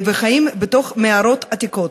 וחיים בתוך מערות עתיקות.